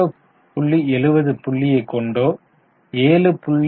70 புள்ளியை கொண்டு 7